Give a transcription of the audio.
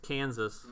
Kansas